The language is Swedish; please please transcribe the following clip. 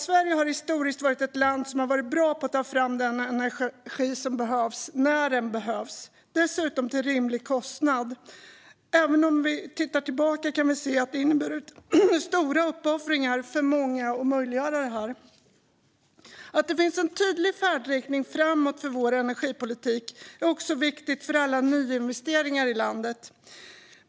Sverige har historiskt sett varit ett land som har varit bra på att ta fram den energi som behövs när den behövs, dessutom till en rimlig kostnad. När vi tittar tillbaka kan vi se att det har inneburit stora uppoffringar för många för att möjliggöra detta. Att det finns en tydlig färdriktning framåt för vår energipolitik är också viktigt för alla nyinvesteringar i landet.